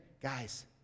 Guys